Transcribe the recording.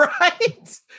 Right